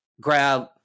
grab